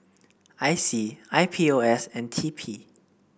I C I P O S and TP